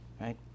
Right